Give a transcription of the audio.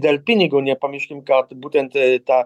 dėl pinigų nepamirškim kad būtent tą